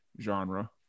genre